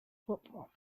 football